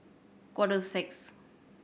quarter to six